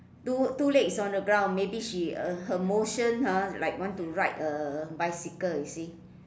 two two legs on the ground maybe she uh her motion ha like want to ride a bicycle you see